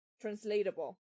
translatable